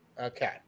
Okay